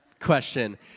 question